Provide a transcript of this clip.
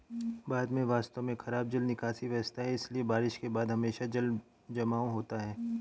भारत में वास्तव में खराब जल निकासी व्यवस्था है, इसलिए बारिश के बाद हमेशा जलजमाव होता है